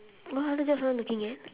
what other jobs are you looking at